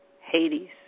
Hades